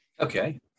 Okay